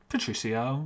Patricio